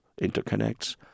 interconnects